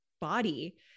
body